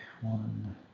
one